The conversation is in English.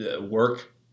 work